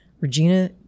Regina